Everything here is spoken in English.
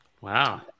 wow